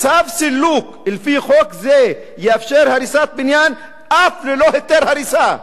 "צו סילוק לפי חוק זה יאפשר הריסת בניין אף ללא היתר הריסה".